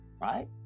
Right